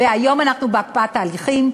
והיום אנחנו בהקפאת הליכים,